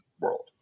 world